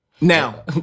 Now